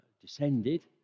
descended